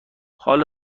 حال